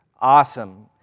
Awesome